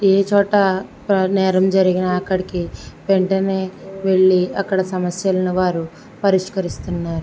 ఏ చోట నేరం జరిగినా అక్కడికి వెంటనే వెళ్ళి అక్కడ సమస్యలను వారు పరిష్కరిస్తున్నారు